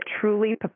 truly